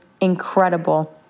incredible